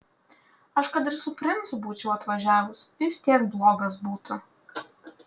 aš kad ir su princu būčiau atvažiavus vis tiek blogas būtų